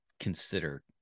Consider